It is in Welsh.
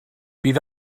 bydd